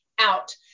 out